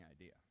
idea